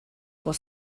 was